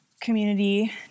community